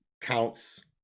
counts